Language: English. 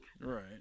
Right